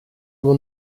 will